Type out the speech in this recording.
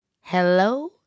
hello